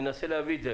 ננסה להביא את זה.